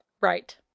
Right